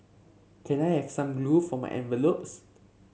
can I have some glue for my envelopes